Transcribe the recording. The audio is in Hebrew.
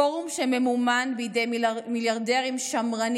פורום שממומן בידי מיליארדרים שמרנים